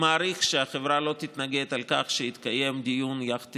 מעריך שהחברה לא תתנגד לכך שיתקיים דיון יחד